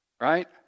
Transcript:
Right